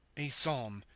a psalm,